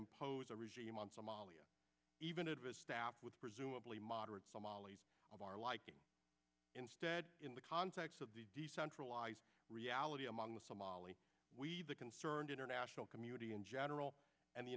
impose a regime on somalia even it was staffed with presumably moderate somalis of our liking instead in the context of the decentralized reality among the somali the concerned international community in general and the